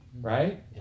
right